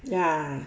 ya